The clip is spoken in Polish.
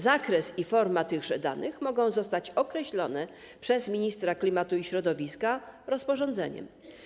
Zakres i forma tychże danych mogą zostać określone przez ministra klimatu i środowiska rozporządzeniem.